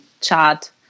chat